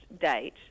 date